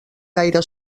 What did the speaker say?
gaire